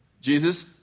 Jesus